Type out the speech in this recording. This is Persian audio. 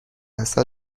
عسل